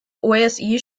osi